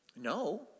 No